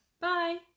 bye